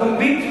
פומבית,